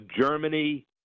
Germany